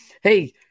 Hey